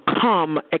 come